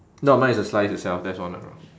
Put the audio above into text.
no mine is a slice itself that's one